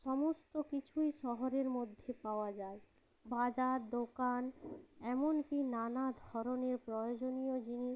সমস্ত কিছুই শহরের মধ্যে পাওয়া যায় বাজার দোকান এমন কি নানা ধরনের প্রয়োজনীয় জিনিস